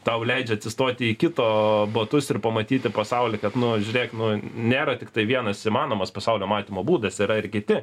tau leidžia atsistoti į kito batus ir pamatyti pasaulį kad nu žiūrėk nu nėra tiktai vienas įmanomas pasaulio matymo būdas yra ir kiti